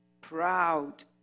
proud